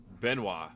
Benoit